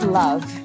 love